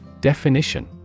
Definition